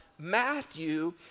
Matthew